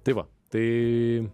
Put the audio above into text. tai va tai